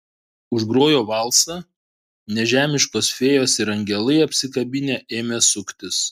užgrojo valsą nežemiškos fėjos ir angelai apsikabinę ėmė suktis